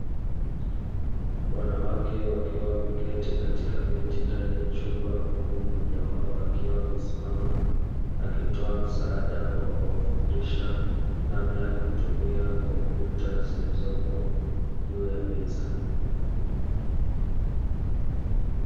Wanawake wakiwa wameketi katika viti ndani ya chumba huku mmoja wao akiwa amesimama, akitoa msaada wa kuwafundisha namna ya kutumia kompyuta zilizopo juu ya meza.